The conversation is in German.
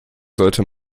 sollte